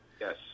Yes